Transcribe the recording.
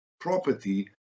property